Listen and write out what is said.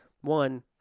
one